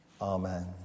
Amen